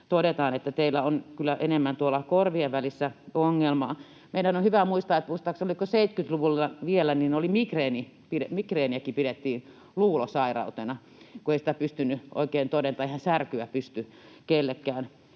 todetaan, että teillä on kyllä enemmän tuolla korvien välissä ongelmaa. Meidän on hyvä muistaa, että muistaakseni 70-luvulla vielä migreeniäkin pidettiin luulosairautena, kun ei sitä pystynyt oikein toteamaan. Eihän särkyä pysty kellekään